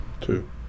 Two